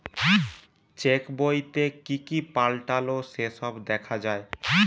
check বইতে কি কি পাল্টালো সে সব দেখা যায়